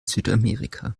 südamerika